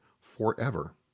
forever